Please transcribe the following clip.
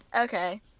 okay